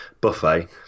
buffet